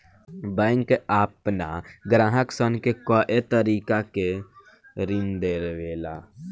bank आपना ग्राहक सन के कए तरीका के ऋण देवेला